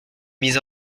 mise